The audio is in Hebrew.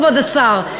כבוד השר?